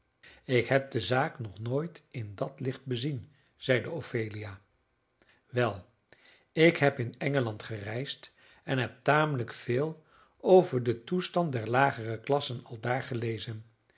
ik heb de zaak nog nooit in dat licht bezien zeide ophelia wel ik heb in engeland gereisd en heb tamelijk veel over den toestand der lagere klassen aldaar gelezen